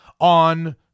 on